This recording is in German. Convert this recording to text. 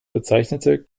bezeichnete